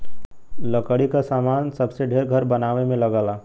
लकड़ी क सामान सबसे ढेर घर बनवाए में लगला